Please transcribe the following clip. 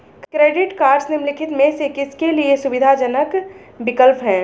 Credit cards निम्नलिखित में से किसके लिए सुविधाजनक विकल्प हैं?